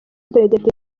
depite